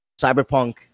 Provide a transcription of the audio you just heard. cyberpunk